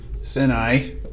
Sinai